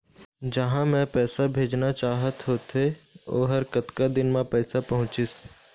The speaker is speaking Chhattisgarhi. जहां मैं पैसा भेजना चाहत होथे ओहर कतका दिन मा पैसा पहुंचिस?